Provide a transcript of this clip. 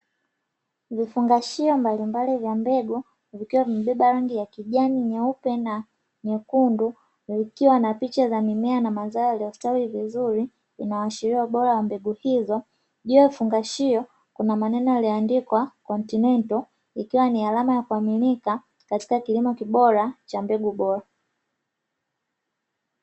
Vifungashio mbalimbali vya mbegu vikiwa vimebeba rangi ya kijani, nyeupe na nyekundu, ikiwa na picha za mimea na mazao yaliyostawi vizuri, inaashiria ubora wa mbegu hizo juu ya fungashio kuna maneno aliandikwa "Continental",ikiwa ni alama ya kuaminika katika kilimo bora cha mbegu bora.